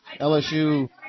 LSU